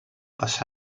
passar